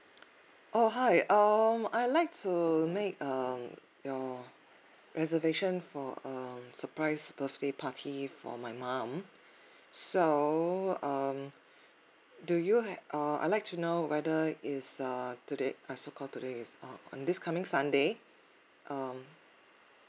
oh hi um I'll like to make um your reservation for um surprise birthday party for my mom so um do you had uh I like to know whether is err today uh so called today is uh on this coming sunday um